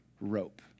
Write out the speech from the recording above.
rope